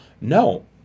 No